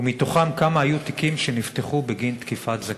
כמה מהם היו תיקים שנפתחו בגין תקיפת זקן?